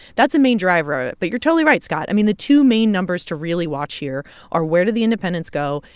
that's a main driver ah but but you're totally right, scott. i mean, the two main numbers to really watch here are, where do the independents go?